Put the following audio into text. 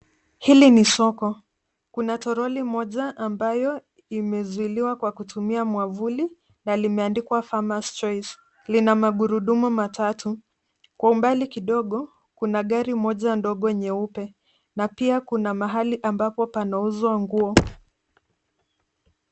Hili ni soko. Kuna toroli moja ambayo imezuiliwa kwa kutumia mwavuli na limeandikwa Farmer's Choice . Lina magurudumu matatu. Kwa umbali kidogo, kuna gari moja ndogo nyeupe na pia kuna mahali ambapo panauzwa nguo.